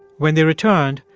when they returned,